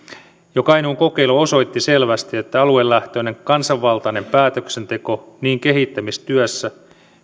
jo kainuun kokeilu osoitti selvästi että aluelähtöinen kansanvaltainen päätöksenteko niin kehittämistyössä